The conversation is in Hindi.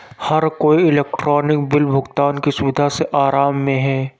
हर कोई इलेक्ट्रॉनिक बिल भुगतान की सुविधा से आराम में है